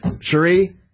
Cherie